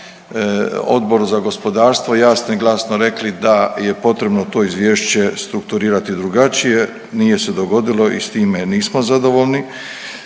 Odboru za gospodarstvo jasno i glasno rekli da je potrebno to Izvješće strukturirati drugačije, nije se dogodilo i s time nismo zadovoljni.